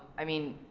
i mean,